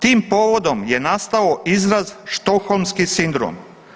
Tim povodom je nastao izraz stockholmski sindrom.